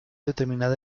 determinado